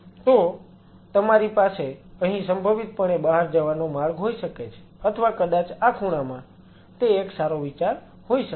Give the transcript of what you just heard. તો તમારી પાસે અહીં સંભવિતપણે બહાર જવાનો માર્ગ હોઈ શકે છે અથવા કદાચ આ ખૂણામાં તે એક સારો વિચાર હોઈ શકે છે